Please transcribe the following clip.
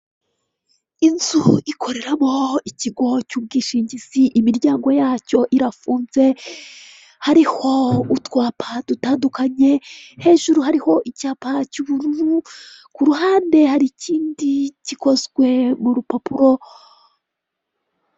Inzu ikoreramo ikigo cy'ubwishingizi imiryango yacyo irafunze hariho utwapa dutandukanye, hejuru hariho icyapa cy'ubururu ku ruhande hari ikindi gikozwe mu rupapuro.